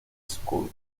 school